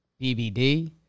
BBD